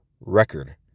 record